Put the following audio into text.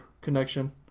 connection